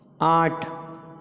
आठ